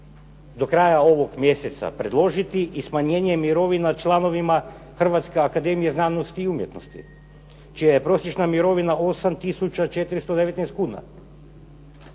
do kraja ovog mjeseca predložiti i smanjenje mirovina članovima Hrvatske akademije znanosti i umjetnosti čija je prosječna mirovina 8 tisuća